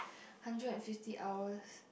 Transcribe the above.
hundred and fifty hours